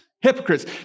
Hypocrites